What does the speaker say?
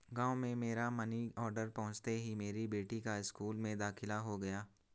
गांव में मेरा मनी ऑर्डर पहुंचते ही मेरी बेटी का स्कूल में दाखिला हो गया